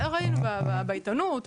ראינו בעיתונות.